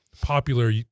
popular